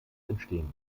entstehen